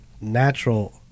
natural